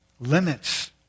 Limits